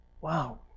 wow